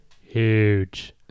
Huge